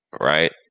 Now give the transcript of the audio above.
right